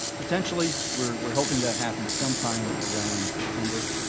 potentially we're we're hoping that happens sometime around september,